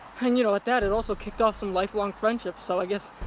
and, you know, at that it also kicked off some lifelong friendships. so, i guess,